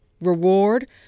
reward